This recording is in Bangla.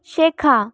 শেখা